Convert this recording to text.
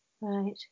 right